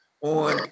on